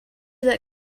that